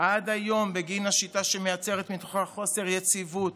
עד היום בגין השיטה שמייצרת מתוכה חוסר יציבות,